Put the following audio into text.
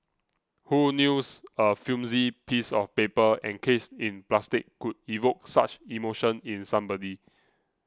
who knews a flimsy piece of paper encased in plastic could evoke such emotion in somebody